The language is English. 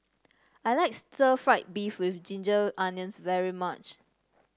I like Stir Fried Beef with Ginger Onions very much